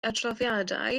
adroddiadau